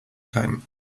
time